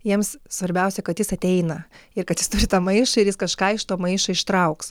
jiems svarbiausia kad jis ateina ir kad jis turi tą maišą ir jis kažką iš to maišo ištrauks